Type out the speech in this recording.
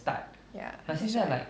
ya that's right